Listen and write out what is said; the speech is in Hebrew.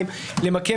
תודה.